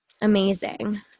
Amazing